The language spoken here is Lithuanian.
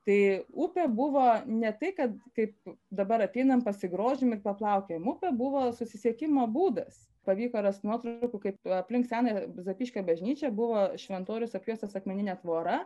tai upė buvo ne tai kad kaip dabar ateinam pasigrožim ir paplaukiojam upė buvo susisiekimo būdas pavyko rast nuotraukų kaip aplink senąją zapyškio bažnyčią buvo šventorius apjuostas akmenine tvora